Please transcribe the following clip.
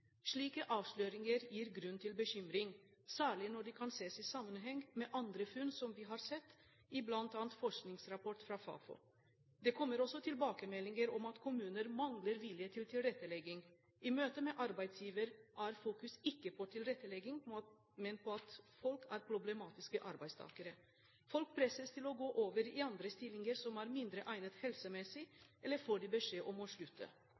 Slike avsløringer gir grunn til bekymring, særlig når de kan ses i sammenheng med andre funn som vi har sett, bl.a. i en forskningsrapport fra Fafo. Det kommer også tilbakemeldinger om at kommuner mangler vilje til tilrettelegging. I møte med arbeidsgiver er fokus ikke på tilrettelegging, men på at folk er problematiske arbeidstakere. Folk presses til å gå over i stillinger som er mindre egnet helsemessig, eller de får beskjed om å